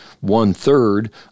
one-third